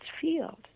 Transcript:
field